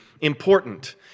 important